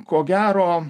ko gero